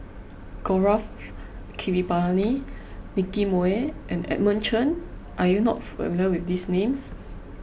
Gaurav Kripalani Nicky Moey and Edmund Chen are you not familiar with these names